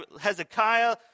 Hezekiah